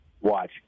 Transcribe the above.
watch